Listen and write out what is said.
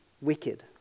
wicked